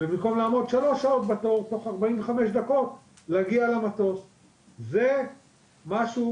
40 דקות זה לא זמן ההמתנה הממוצע.